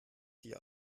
dir